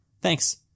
thanks